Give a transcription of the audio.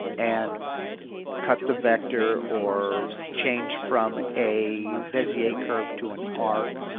and cut the vector, or change from a bezier curve to an arc,